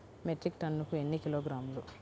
Metric టన్నుకు ఎన్ని కిలోగ్రాములు?